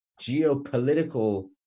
geopolitical